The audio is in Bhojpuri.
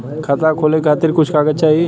खाता खोले के खातिर कुछ कागज चाही?